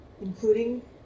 including